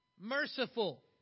merciful